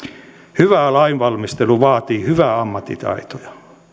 hyvä lainvalmistelu vaatii hyvää ammattitaitoa